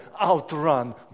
outrun